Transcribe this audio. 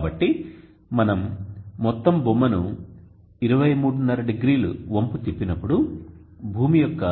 కాబట్టి మనం మొత్తం బొమ్మను 23½ 0 వంపు తిప్పినప్పుడు భూమి యొక్క